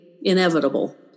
inevitable